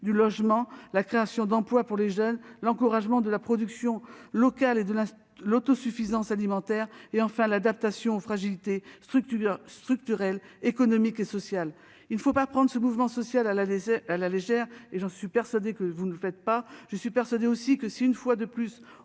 du logement, de la création d'emplois pour les jeunes, de l'encouragement de la production locale et de l'autosuffisance alimentaire et, enfin, de l'adaptation aux fragilités structurelles économiques et sociales. Il ne faut pas prendre ce mouvement social à la légère. Je suis d'ailleurs persuadée que tel n'est pas le cas. En effet, si on remet, une fois de plus,